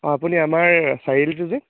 অঁ আপুনি আমাৰ চাৰিআলিটো যে